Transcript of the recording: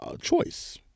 choice